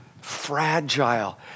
fragile